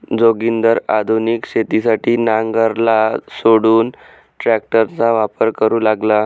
जोगिंदर आधुनिक शेतीसाठी नांगराला सोडून ट्रॅक्टरचा वापर करू लागला